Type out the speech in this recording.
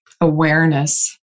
awareness